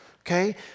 okay